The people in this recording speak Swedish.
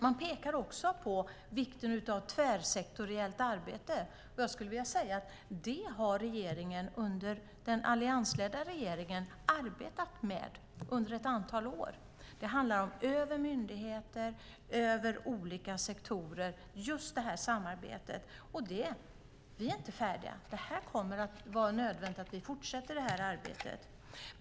Man pekar också på vikten av tvärsektoriellt samarbete, och det har den alliansledda regeringen arbetat med under ett antal år. Det handlar om ett samarbete mellan myndigheter och olika sektorer. Och vi är inte färdiga. Det kommer att vara nödvändigt att vi fortsätter arbetet.